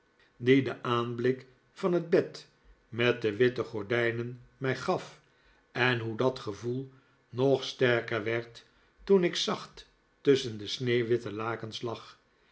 die de aanblik van het bed met de witte gordijnen mij gaf en hoe dat gevoel nog sterker werd toen ik zacht tusschen de sneeuwwitte lakens lag